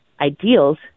ideals